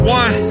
one